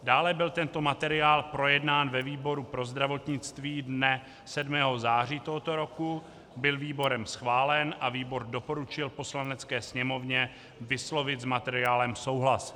Dále byl tento materiál projednán ve výboru pro zdravotnictví dne 7. září tohoto roku, byl výborem schválen a výbor doporučil Poslanecké sněmovně vyslovit s materiálem souhlas.